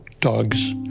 dogs